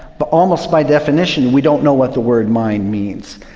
but almost by definition we don't know what the word mind means.